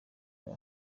ngo